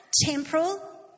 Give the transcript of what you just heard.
temporal